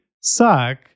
suck